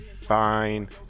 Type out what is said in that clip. Fine